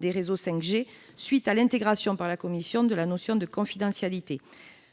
de réseaux 5G à la suite de l'intégration par la commission de la notion de confidentialité.